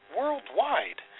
worldwide